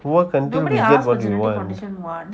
work until you get what you want